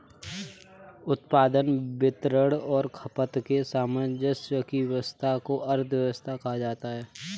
उत्पादन, वितरण और खपत के सामंजस्य की व्यस्वस्था को अर्थव्यवस्था कहा जाता है